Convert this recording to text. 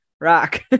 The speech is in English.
Rock